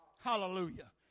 Hallelujah